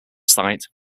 site